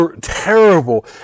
terrible